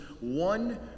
one